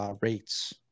rates